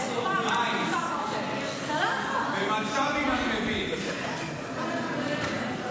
יש לו כמה שנות שירות למען מדינת ישראל.